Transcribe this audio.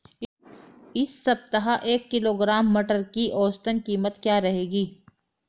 इस सप्ताह एक किलोग्राम मटर की औसतन कीमत क्या रहेगी?